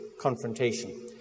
confrontation